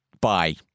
bye